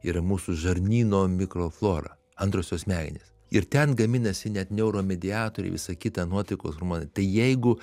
yra mūsų žarnyno mikroflora antrosios smegenys ir ten gaminasi net neuromediatoriai visa kita nuotaikos hormonai tai jeigu